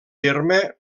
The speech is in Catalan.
terme